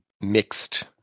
mixed